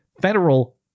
federal